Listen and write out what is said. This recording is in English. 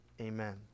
Amen